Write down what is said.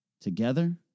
together